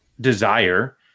desire